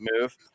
move